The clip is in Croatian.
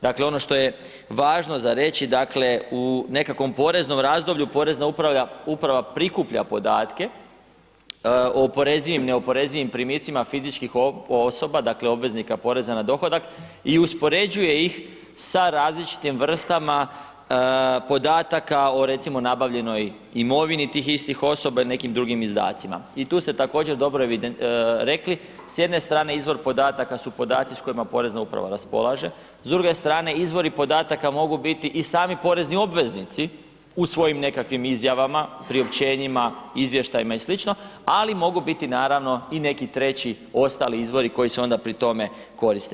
Dakle ono što je važno za reći, dakle u nekakvom poreznom razdoblju porezna uprava prikuplja podatke o oporezivim i neoporezivim primicima fizičkih osoba, dakle obveznika poreza na dohodak i uspoređuje ih sa različitim vrstama podataka, o recimo, nabavljenoj imovini tih istih osoba ili nekim drugim izdacima i tu se također, dobro rekli, s jedne strane, izvor podataka su podaci s kojima porezna uprava raspolaže, s druge strane izvori podataka mogu biti i sami porezni obveznici u svojim nekakvih izjavama, priopćenjima, izvještajima i slično, ali mogu biti, naravno i neki treći, ostali izvori koji se onda pri tome koriste.